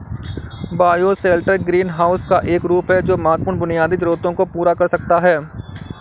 bioshelter greenhouse का एक रूप है जो महत्वपूर्ण बुनियादी जरूरतों को पूरा कर सकता है